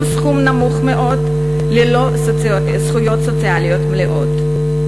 סכום נמוך מאוד וללא זכויות סוציאליות מלאות.